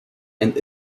and